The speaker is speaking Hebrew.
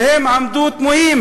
והם עמדו תמהים,